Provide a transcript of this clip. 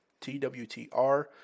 TWTR